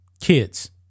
Kids